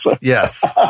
yes